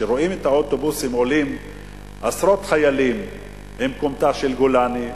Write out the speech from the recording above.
רואים את האוטובוסים שעליהם עולים עשרות חיילים עם כומתה של גולני,